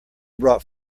brought